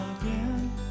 again